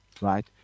right